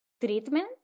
treatment